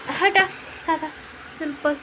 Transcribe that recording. ସେଟା ସାଧା ସିମ୍ପଲ